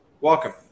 Welcome